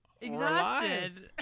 Exhausted